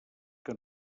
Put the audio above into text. que